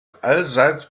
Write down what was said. allseits